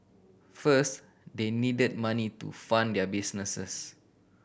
first they needed money to fund their businesses